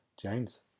James